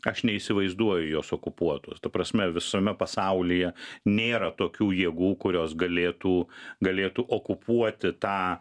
aš neįsivaizduoju jos okupuotos ta prasme visame pasaulyje nėra tokių jėgų kurios galėtų galėtų okupuoti tą